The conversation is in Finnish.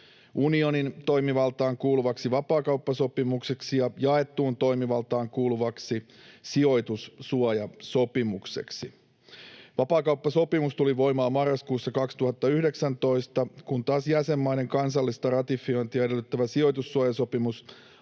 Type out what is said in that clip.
unionin toimivaltaan kuuluvaksi vapaakauppasopimukseksi ja jaettuun toimivaltaan kuuluvaksi sijoitussuojasopimukseksi. Vapaakauppasopimus tuli voimaan marraskuussa 2019, kun taas jäsenmaiden kansallista ratifiointia edellyttävä sijoitussuojasopimus